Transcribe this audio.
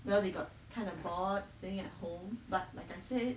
well they got kind of bored staying at home but like I said